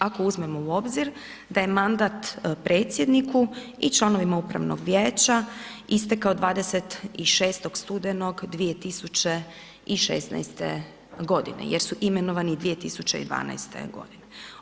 Ako uzmemo u obzir da je mandat predsjedniku i članovima upravnog vijeća istekao 26. studenog 2016. godine jer su imenovani 2021. godine.